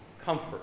comfort